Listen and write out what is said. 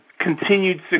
continued